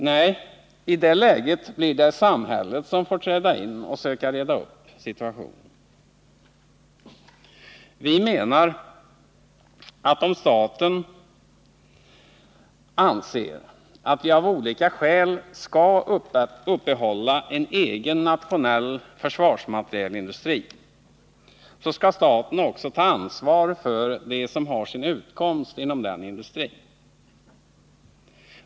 Nej, då blir det samhället som får träda in och söka reda upp situationen. Om staten anser att vi av olika skäl skall uppehålla en egen nationell försvarsmaterielindustri, menar vi att staten också skall ta ansvar för dem som har sin utkomst inom denna industri.